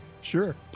Sure